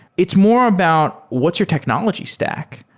it's more about what's your technology stack.